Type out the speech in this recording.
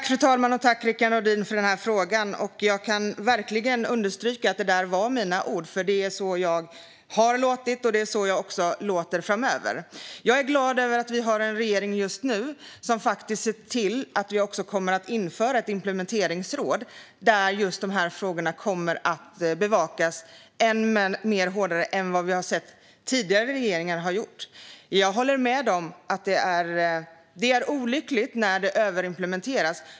Fru talman! Jag tackar Rickard Nordin för frågan. Jag kan verkligen understryka att det var mina ord, för det är så jag har låtit och det är så jag också kommer att låta framöver. Jag är glad över att vi har en regering just nu som faktiskt ser till att vi kommer att införa ett implementeringsråd där just dessa frågor kommer att bevakas än hårdare än vad vi har sett tidigare regeringar göra. Jag håller med om att det är olyckligt när det överimplementeras.